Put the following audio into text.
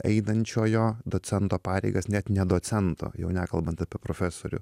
einančiojo docento pareigas net ne docento jau nekalbant apie profesorių